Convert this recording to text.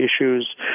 issues